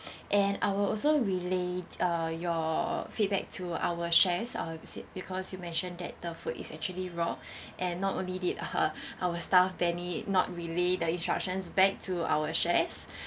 and I will also relayed uh your feedback to our chefs or is it because you mention that the food is actually raw and not only did our staff benny not relay the instructions back to our chefs